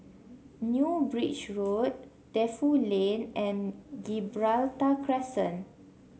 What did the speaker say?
New Bridge Road Defu Lane and Gibraltar Crescent